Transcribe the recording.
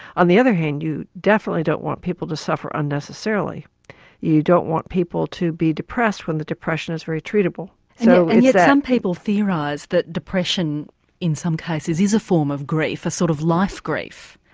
on the other hand you definitely don't want people to suffer unnecessarily you don't want people to be depressed when the depression is very treatable. and so yet some people theorise that depression in some cases is a form of grief, a sort of life grief.